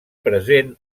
present